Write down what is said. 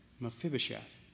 Mephibosheth